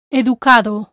educado